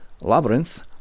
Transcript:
Labyrinth